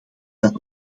dat